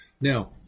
Now